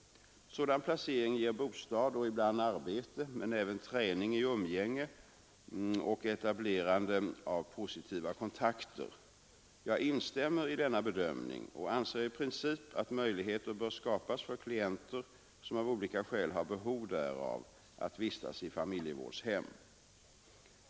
Sådan placering ger bostad och ibland arbete men även träning i umgänge och etablerande av positiva kontakter. Jag instämmer i denna bedömning och anser i princip att möjligheter bör skapas för klienter, som av olika skäl har behov därav, att vistas i familjevårdshem.